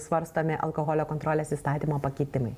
svarstomi alkoholio kontrolės įstatymo pakeitimai